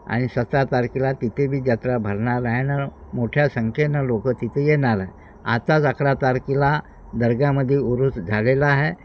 आणि सतरा तारखेला तिथे बी जत्रा भरणार आहे नं मोठ्या संख्येनं लोकं तिथे येणार आहे आताच अकरा तारखेला दर्ग्यामध्ये उरूस झालेला आहे